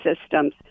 systems